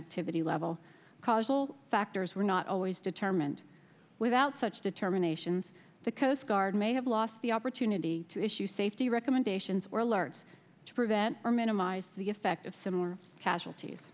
activity level causal factors were not always determined without such determinations the coast guard may have lost the opportunity to issue safety recommendations or alerts to prevent or minimize the effect of similar casualties